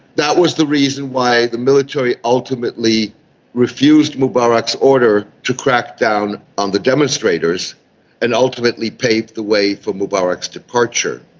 that was the reason why the military ultimately refused mubarak's order to crack down on the demonstrators and ultimately paved the way for mubarak's departure.